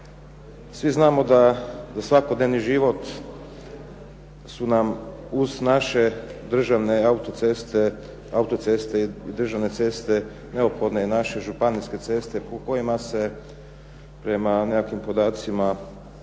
Svi znamo da svakodnevni život su nam uz naše državne auto-ceste i državne ceste neophodne i naše županijske ceste po kojima se prema nekakvim podacima